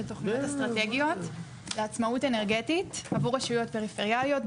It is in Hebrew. תוכניות אסטרטגיות לעצמאות אנרגטית עבור רשויות פריפריאליות,